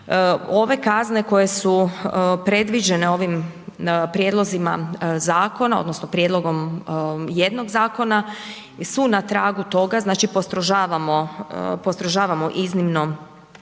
Ove kazne koje su predviđene ovim prijedlozima zakona odnosno prijedlogom jednog zakona i su na tragu toga znači postrožavamo,